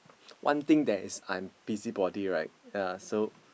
one thing that is I'm busybody right ya so